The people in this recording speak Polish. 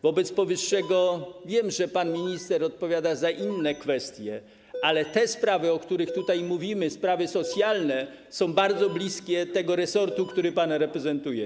Wiem, że pan minister odpowiada za inne kwestie, ale te sprawy, o których tutaj mówimy, sprawy socjalne, są bardzo bliskie temu resortowi, który pan reprezentuje.